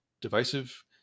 divisive